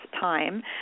time